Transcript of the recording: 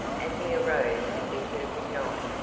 as he arose to bid her good night.